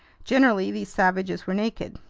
generally these savages were naked.